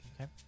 okay